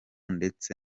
ndetse